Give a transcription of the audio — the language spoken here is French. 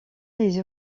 les